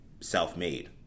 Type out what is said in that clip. self-made